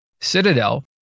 Citadel